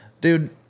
Dude